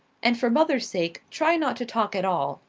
and for mother's sake try not to talk at all.